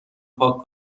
پاک